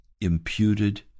imputed